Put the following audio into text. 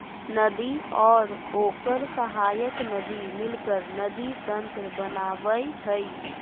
नदी और ओकर सहायक नदी मिलकर नदी तंत्र बनावय हइ